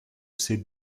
ces